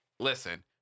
Listen